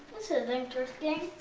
this is interesting!